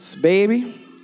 baby